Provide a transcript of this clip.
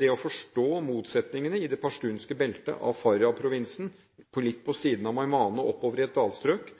Det å forstå motsetningene i det pashtunske beltet av Faryab-provinsen, litt på siden av Meymaneh og oppover i et dalstrøk,